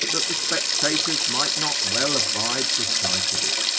that the spectators might not well abide the sight of it.